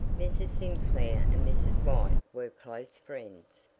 mrs. sinclair and mrs. white were close friends.